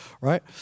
right